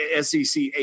SEC